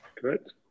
correct